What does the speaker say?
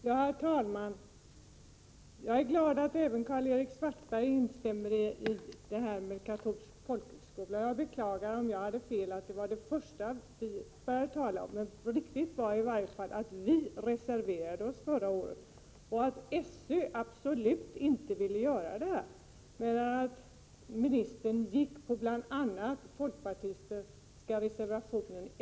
Herr talman! Jag är glad att även Karl-Erik Svartberg instämmer i frågan om katolsk folkhögskola, och jag beklagar om jag hade fel i att vi var de första som började tala om den. Riktigt är i varje fall att vi reserverade oss förra året och att SÖ absolut inte ville ha denna folkhögskola.